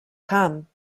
come